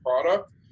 product